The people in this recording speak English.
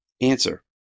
Answer